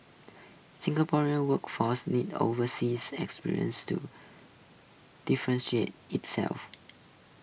Singaporean workforce needs overseas experience to differentiate itself